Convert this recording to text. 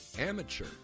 Amateur